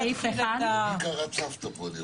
למי קראת סבתא פה?